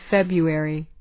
February